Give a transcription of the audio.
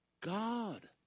God